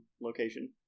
location